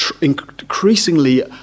increasingly